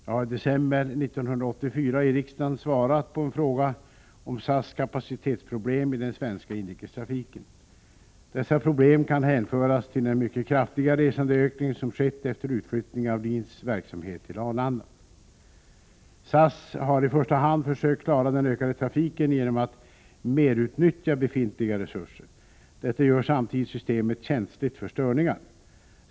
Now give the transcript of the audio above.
Jag har i december 1984 i riksdagen svarat på en fråga om SAS kapacitetsproblem i den svenska inrikestrafiken. Dessa problem kan hänföras till den mycket kraftiga resandeökning som skett efter utflyttningen av LIN:s verksamhet till Arlanda. SAS har i första hand försökt klara den ökade trafiken genom att merutnyttja befintliga resurser. Detta gör samtidigt systemet känsligt för störningar.